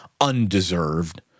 undeserved